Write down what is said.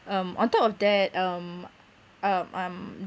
um on top of that um um um